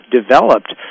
developed